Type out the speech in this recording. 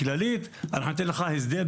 בכללית, אנחנו ניתן לך הסדר.